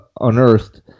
unearthed